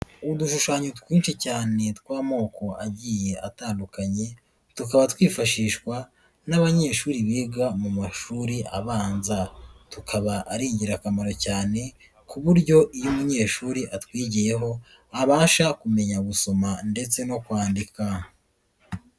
Udushushanyo twinshi cyane tw'amoko agiye atandukanye, tukaba twifashishwa n'abanyeshuri biga mu mashuri abanza, tukaba ari ingirakamaro cyane, ku buryo iyo umunyeshuri atwigiyeho, abasha kumenya gusoma ndetse no kwandika.